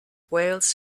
whales